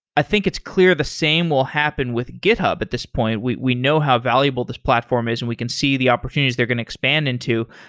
i think it's clear the same will happen with github at this point. we we know how valuable this platform is and we can see the opportunities they're going to expand into.